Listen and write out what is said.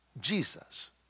Jesus